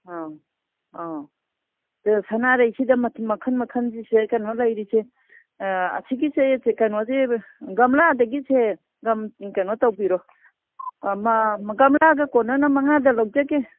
ꯑꯥ ꯑꯥ ꯁꯅꯥꯔꯩꯁꯤꯗ ꯃꯈꯟ ꯃꯈꯟ ꯁꯤꯗ ꯀꯩꯅꯣ ꯂꯩꯔꯤꯁꯦ ꯑꯁꯤꯒꯤꯁꯦ ꯀꯩꯅꯣꯁꯦ ꯒꯝꯂꯥꯗꯒꯤꯁꯦ ꯀꯩꯅꯣ ꯇꯧꯕꯤꯔꯣ ꯑꯃ ꯒꯝꯂꯥꯒ ꯀꯣꯟꯅꯅ ꯃꯉꯥꯗ ꯂꯧꯖꯒꯦ